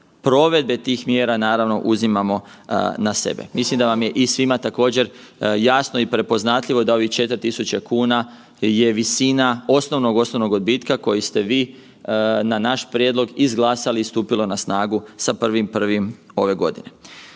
provedbe tih mjera naravno uzimamo na sebe. Mislim da vam je i svima također jasno i prepoznatljivo da ovih 4.000,00 kn je visina osnovnog, osnovnog odbitka koji ste vi na naš prijedlog izglasali i stupilo na snagu sa 1.1. ove godine.